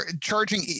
charging